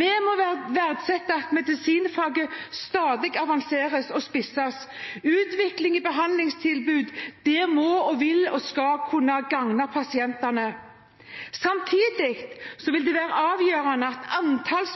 Vi må verdsette at medisinfaget stadig avanseres og spisses. Utvikling i behandlingstilbud må og vil og skal kunne gagne pasientene. Samtidig vil det være avgjørende at antall